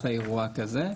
אחרי אירוע כזה,